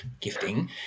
gifting